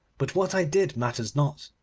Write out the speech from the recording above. but what i did matters not,